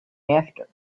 after